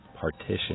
partition